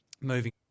moving